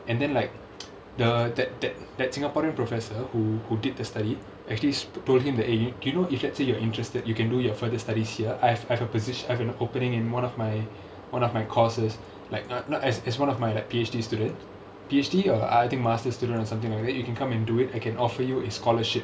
and then like the that that that singaporean professor who who did the study actually told him eh you know if let's say you're interested you can do your further studies here I've I've a position I've an opening in one of my one of my courses like not not as as one of my like P_H_D student P_H_D or I think master student or something like that you can come and do it I can offer you a scholarship